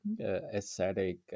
aesthetic